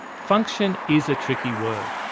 function is a tricky word.